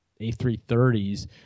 A330s